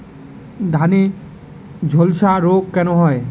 ধানে ঝলসা রোগ কেন হয়?